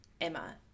Emma